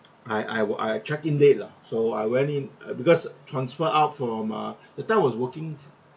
I I were I check in late lah so I went in uh because transfer out from uh that time I was working